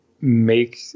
make